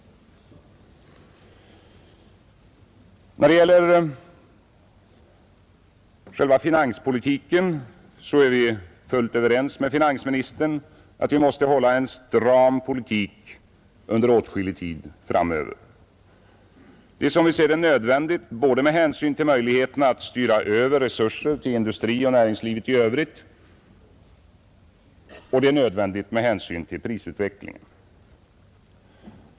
När det så gäller finanspolitiken är vi fullt överens med finansministern om att vi måste behålla en stram politik under åtskillig tid framöver. Det är som jag ser det nödvändigt både med hänsyn till möjligheterna att styra över resurser till industrin och näringslivet i övrigt och med hänsyn till prisutvecklingen.